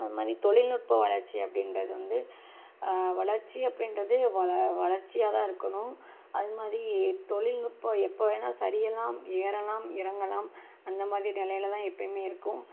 அதுமாதிரி தொழில்நுட்பம் வளர்ச்சி அப்படின்றது வந்து வளர்ச்சி அப்படின்றது வளர் வளர்ச்சியாகதான் இருக்கணும் அதுமாதிரி தொழில்நுட்பம் எப்பவேணா சரியலாம் ஏறலாம் இறங்கலாம் அந்தமாதிரி நிலையிலதான் எப்பயுமே இருக்கும்